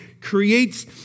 creates